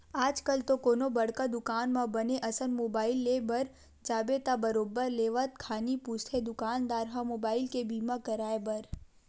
आजकल तो कोनो बड़का दुकान म बने असन मुबाइल ले बर जाबे त बरोबर लेवत खानी पूछथे दुकानदार ह मुबाइल के बीमा कराय बर